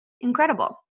Incredible